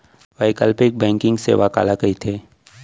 वैकल्पिक बैंकिंग सेवा काला कहिथे?